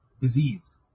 diseased